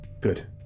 Good